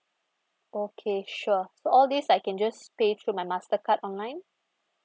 okay sure so all these I can just pay through my master card online